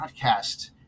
podcast